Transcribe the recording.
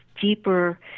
deeper